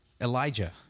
Elijah